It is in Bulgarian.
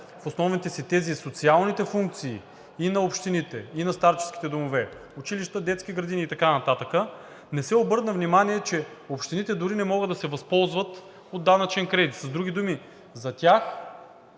в основните си тези социалните функции и на общините, и на старческите домове, училища, детски градини и така нататък, не се обърна внимание, че общините дори не могат да се възползват от данъчен кредит. С други думи, за тях